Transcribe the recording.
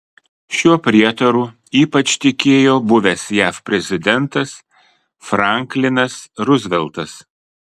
šiuo prietaru ypač tikėjo buvęs jav prezidentas franklinas ruzveltas